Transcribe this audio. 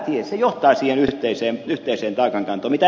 se johtaa siihen yhteiseen taakankantoon